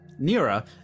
Nira